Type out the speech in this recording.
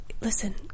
listen